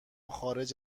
خارج